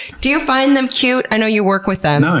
do you find them cute? i know you work with them,